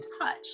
touch